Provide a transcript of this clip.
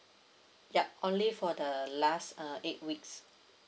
yup only for the last uh eight weeks